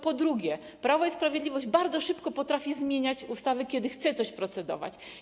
Po drugie, Prawo i Sprawiedliwość bardzo szybko potrafi zmieniać ustawy, kiedy chce nad czymś procedować.